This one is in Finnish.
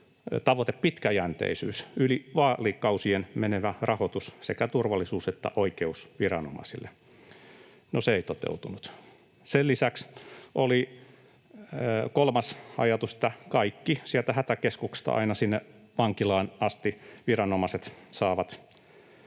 oli pitkäjänteisyys, yli vaalikausien menevä rahoitus sekä turvallisuus‑ että oikeusviranomaisille. No, se ei toteutunut. Sen lisäksi oli kolmas ajatus, että kaikki viranomaiset hätäkeskuksesta aina vankilaan asti saavat tasasuhtaisen